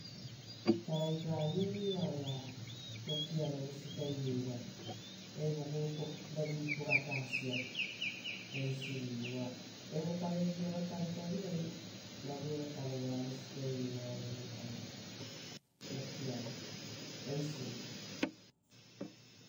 Taraipavioveira oea vokiaro vusipaiveira, evo gurukorovi purapasia. Eisivi uva evo karevi-iava tavitavirai oea vusipaiveira evo vutaia.